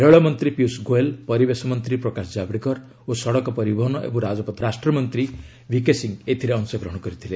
ରେଳମନ୍ତ୍ରୀ ପୀୟଷ ଗୋଏଲ୍ ପରିବେଶ ମନ୍ତ୍ରୀ ପ୍ରକାଶ ଜାବଡେକର ଓ ସଡ଼କ ପରିବହନ ଏବଂ ରାଜପଥ ରାଷ୍ଟମନ୍ତ୍ରୀ ଭିକେ ସିଂହ ଏଥିରେ ଅଂଶଗ୍ରହଣ କରିଥିଲେ